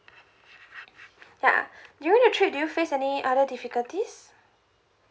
yeah during the trip do you face any other difficulties